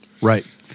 Right